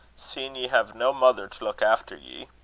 seein' ye have no mother to look after ye